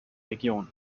region